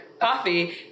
coffee